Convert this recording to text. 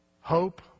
Hope